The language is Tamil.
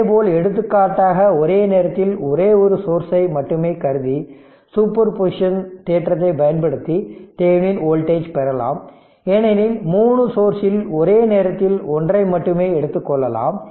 அதேபோல் எடுத்துக்காட்டாக ஒரே நேரத்தில் ஒரே ஒரு சோர்ஸ்சை மட்டுமே கருதி சூப்பர் பொசிஷன் தேற்றத்தைப் பயன்படுத்தி தெவெனின் வோல்டேஜ் பெறலாம் ஏனெனில் 3 சோர்ஸ் ல் ஒரே நேரத்தில் ஒன்றை மட்டுமே எடுத்துக் கொள்ளலாம்